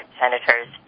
senators